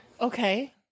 Okay